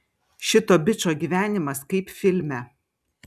šito bičo gyvenimas kaip filme